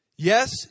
Yes